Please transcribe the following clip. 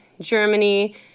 Germany